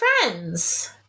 friends